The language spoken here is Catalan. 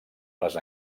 les